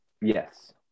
Yes